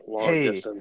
hey